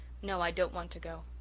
no, i don't want to go.